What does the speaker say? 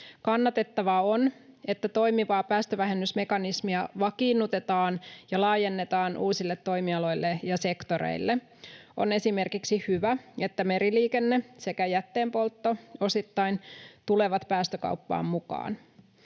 Kannatettavaa on, että toimivaa päästövähennysmekanismia vakiinnutetaan ja laajennetaan uusille toimialoille ja sektoreille. On esimerkiksi hyvä, että meriliikenne sekä jätteenpoltto osittain tulevat päästökauppaan mukaan.